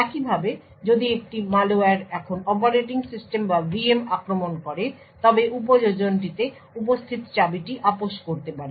একইভাবে যদি একটি ম্যালওয়্যার এখন অপারেটিং সিস্টেম বা VM আক্রমণ করে তবে উপযোজনটিতে উপস্থিত চাবিটি আপস করতে পারে